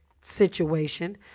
situation